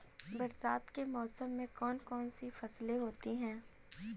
बरसात के मौसम में कौन कौन सी फसलें होती हैं?